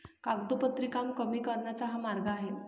कागदोपत्री काम कमी करण्याचा हा मार्ग आहे